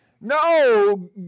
No